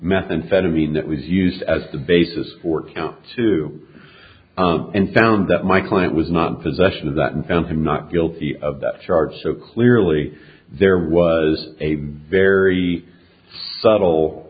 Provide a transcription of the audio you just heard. methamphetamine that was used as the basis for count two and found that my client was not possession of that and found him not guilty of the charge so clearly there was a very subtle